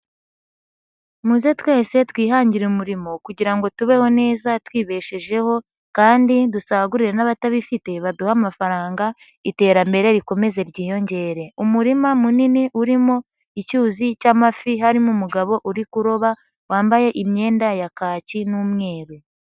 Muze twese twihangire umurimo kugira ngo tubeho neza, twibeshejeho kandi dusagurire n'abatabifite, baduha amafaranga, iterambere rikomeze ryiyongere. Umurima munini urimo icyuzi cy'amafi, harimo umugabo uri kuroba, wambaye imyenda ya kaki n'umweru.